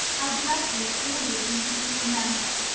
how dreadful it all is, even to remember!